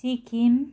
Sikkim